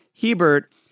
Hebert